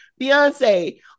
Beyonce